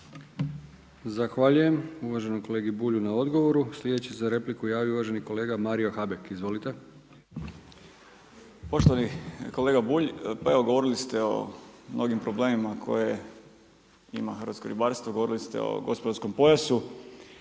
Zahvaljujem uvaženom kolegi Bulju na odgovoru. Slijedeći za repliku javio uvaženi kolega Mario Habek. Izvolite. **Habek, Mario (SDP)** Poštovani kolega Bulj, pa evo govorili ste o mnogim problemima koje ima hrvatsko ribarstvo, govorili ste o gospodarskom pojasu.